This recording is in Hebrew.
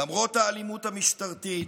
למרות האלימות המשטרתית,